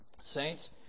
saints